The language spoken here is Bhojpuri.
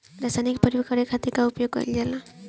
रसायनिक के प्रयोग करे खातिर का उपयोग कईल जाला?